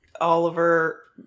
Oliver